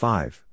Five